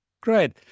Great